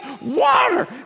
Water